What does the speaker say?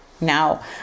Now